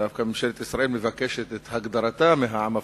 שדווקא ממשלת ישראל מבקשת את הגדרתה מהעם הפלסטיני,